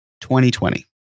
2020